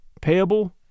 payable